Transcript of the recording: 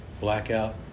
blackout